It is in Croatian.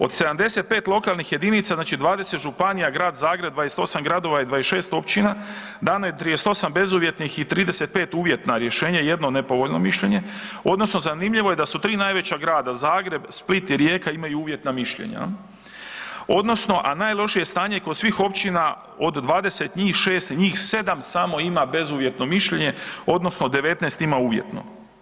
Od 75 lokalnih jedinica, znači 20 županija, grad Zagreb, 28 gradova i 26 općina, dano je 38 bezuvjetnih i 35 uvjetna rješenje, jedno nepovoljno mišljenje odnosno zanimljivo je da su 3 najveća grada, Zagreb, Split i Rijeka imaju uvjetna mišljenja odnosno a najlošije stanje je kod svih općina, od 20, njih 7 samo ima bezuvjetno mišljenje odnosno 19 ima uvjetno.